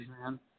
man